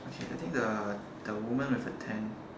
okay I think the the woman with a tent